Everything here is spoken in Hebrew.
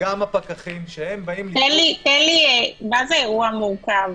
מה זה אירוע מורכב?